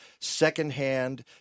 secondhand